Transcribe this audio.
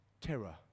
terror